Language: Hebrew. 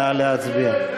נא להצביע.